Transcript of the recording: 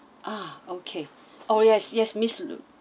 ah okay oh yes yes miss loulou